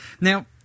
Now